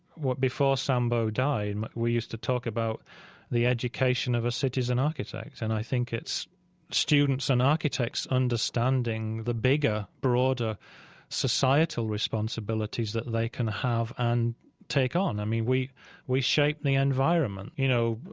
before sambo died, we used to talk about the education of a citizen-architect. and i think it's students and architects understanding the bigger, broader societal responsibilities that they can have and take on. i mean, we we shape the environment, you know,